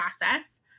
process